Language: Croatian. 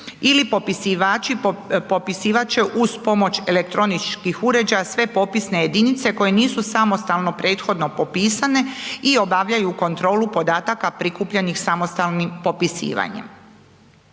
popisivat će uz pomoć elektroničkih uređaja sve popisne jedinice koje nisu samostalno prethodno popisane i obavljaju kontrolu podataka prikupljenih samostalnim popisivanjem.